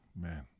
man